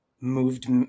moved